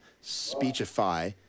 speechify